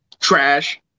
trash